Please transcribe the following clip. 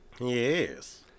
Yes